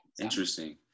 Interesting